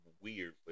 weird